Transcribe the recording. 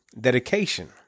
dedication